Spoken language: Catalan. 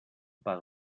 pas